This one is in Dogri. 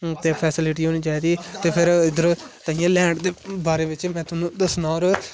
फेसलिटी होनी चाहिदी ते फिर इद्धर ताइयें लेंड दे बारे च ताहनू दसना किश